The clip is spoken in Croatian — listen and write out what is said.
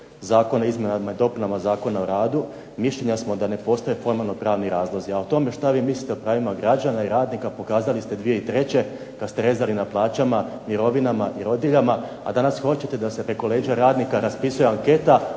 Zakona o izmjenama i dopunama Zakona o radu, mišljenja smo da ne postoje formalnopravni razlozi, a o tome šta vi mislite o pravima građana i radnika pokazali ste 2003. kad ste rezali na plaćama, mirovinama, i rodiljama, a danas hoćete da se preko leđa radnika raspisuje anketa